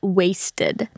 wasted